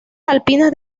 alpinas